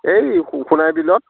এই সো সোণাই বিলত